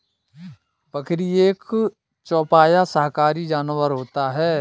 बकरी एक चौपाया शाकाहारी जानवर होता है